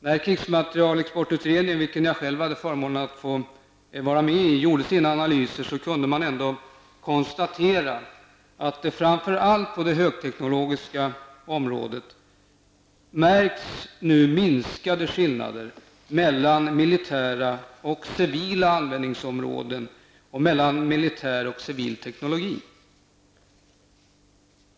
När krigsmaterielexportutredningen, som jag själv hade förmånen att få vara med i, gjorde sina analyser kunde man ändå konstatera att det framför allt på det högteknologiska området förmärkts minskade skillnader mellan militära och civila användningsområden och mellan militär och civil teknologi.